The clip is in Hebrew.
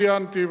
ציינתי,